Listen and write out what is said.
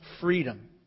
freedom